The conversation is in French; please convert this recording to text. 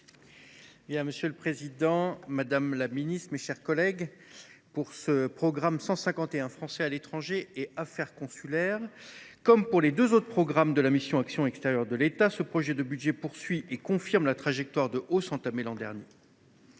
Monsieur le président, madame la ministre, mes chers collègues, pour le programme 151 « Français à l’étranger et affaires consulaires » comme pour les deux autres de la mission « Action extérieure de l’État », ce PLF poursuit et confirme la trajectoire de hausse entamée l’an dernier.